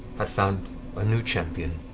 had found a new champion,